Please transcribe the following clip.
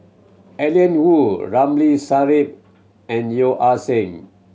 Alan Oei Ramli Sarip and Yeo Ah Seng